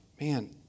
man